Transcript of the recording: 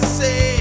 say